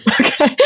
Okay